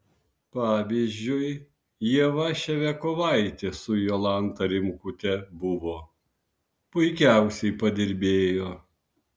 pavyzdžiui ieva ševiakovaitė su jolanta rimkute buvo puikiausiai padirbėjo